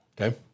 Okay